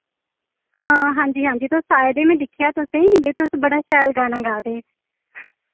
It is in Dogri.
हां हांजी हांजी तुस आए दे मैं दिक्खेआ तुसेंई ते तुस बड़ा शैल गाना गा दे हे